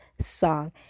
song